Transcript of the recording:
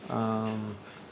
um